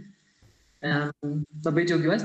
em labai džiaugiuos